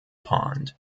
pond